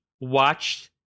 watched